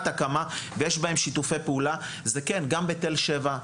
הקמה ויש בהם שיתופי פעולה זה גם בתל שבע,